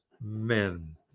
men